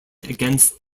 against